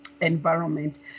environment